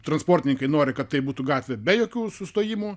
transportininkai nori kad tai būtų gatvė be jokių sustojimų